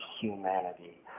humanity